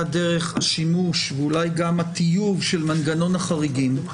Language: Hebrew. דרך שימוש ואולי גם הטיוב של מנגנון החריגים,